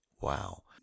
wow